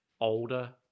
older